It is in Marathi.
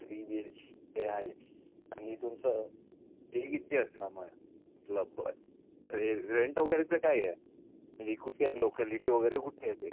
थ्री बी एच के आहे आणि तुमचं हे किती असणार मय मतलब र रेंट वगैरेचं काय आहे ही कुठे आहे लोकॅलिटी वगैई कुठे आहे ते